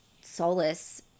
solace